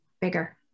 bigger